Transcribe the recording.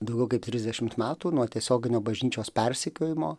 daugiau kaip trisdešimt metų nuo tiesioginio bažnyčios persekiojimo